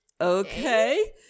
okay